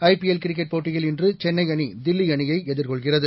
IPL cricket போட்டியில் இன்று சென்னை அணி தில்லி அணியை எதிர்கொள்கிறது